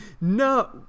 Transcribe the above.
No